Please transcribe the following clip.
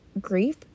grief